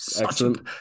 Excellent